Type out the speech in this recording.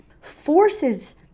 forces